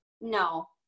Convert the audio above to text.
no